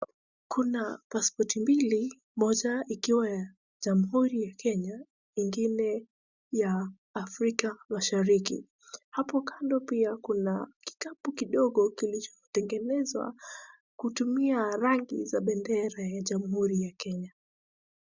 Kuna pasipoti mbili moja ikiwa ya jamhuri ya Kenya ingine ya Afrika mashariki. Hapo kando pia kuna kikapu kidogo kilichotengenezwa kutumia rangi za bendera ya jamhuri ya Kenya.